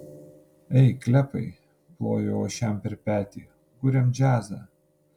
ei klepai plojau aš jam per petį kuriam džiazą